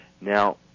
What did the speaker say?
Now